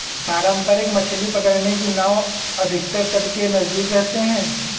पारंपरिक मछली पकड़ने की नाव अधिकतर तट के नजदीक रहते हैं